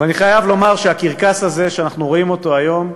אני חייב לומר שהקרקס הזה שאנחנו רואים היום,